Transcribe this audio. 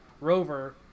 rover